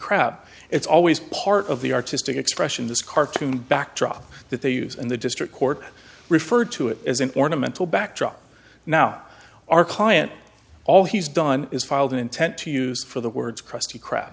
krab it's always part of the artistic expression this cartoon backdrop that they use and the district court referred to it as an ornamental backdrop now our client all he's done is filed an intent to use for the words krusty kra